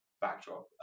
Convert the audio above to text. backdrop